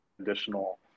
additional